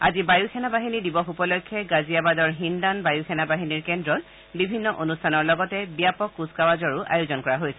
আজি বায়ুসেনা বাহিনী দিৱস উপলক্ষে গাজিয়াবাদৰ হিন্দান বায়ুসেনা বাহিনীৰ কেন্দ্ৰত বিভিন্ন অনুষ্ঠানৰ লগতে ব্যাপক কুচকাৱাজৰ আয়োজন কৰা হৈছে